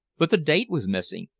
but the date was missing,